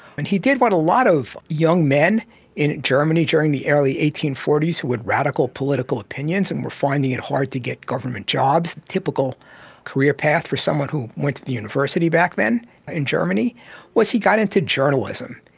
and he did what a lot of young men in germany did during the early eighteen forty s who had radical political opinions and were finding it hard to get government jobs, a typical career path for someone who went to the university back then in germany was he got into journalism.